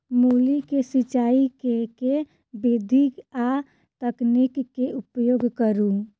मूली केँ सिचाई केँ के विधि आ तकनीक केँ उपयोग करू?